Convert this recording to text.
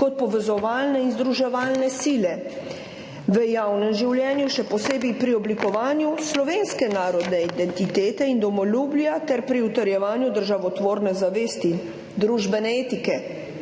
kot povezovalne in združevalne sile v javnem življenju, še posebej pri oblikovanju slovenske narodne identitete in domoljubja ter pri utrjevanju državotvorne zavesti, družbene etike,